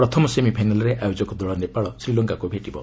ପ୍ରଥମ ସେମିଫାଇନାଲ୍ରେ ଆୟୋଜକ ଦଳ ନେପାଳ ଶ୍ରୀଲଙ୍କାକୁ ଭେଟିବ